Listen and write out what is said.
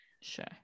Sure